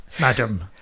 madam